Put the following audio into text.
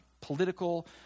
political